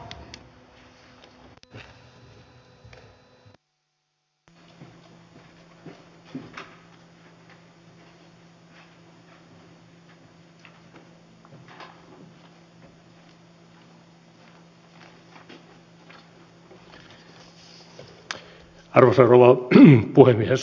arvoisa rouva puhemies